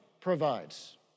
provides